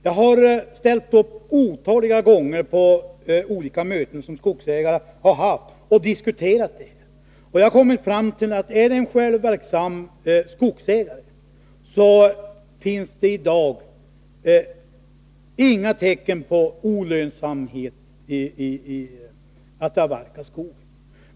Jag har ställt upp otaliga gånger på olika möten som skogsägare har haft och diskuterat detta. Jag har kommit fram till att för en självverksam skogsägare finns det i dag inga tecken på olönsamhet när det gäller att avverka skogen.